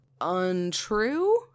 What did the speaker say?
untrue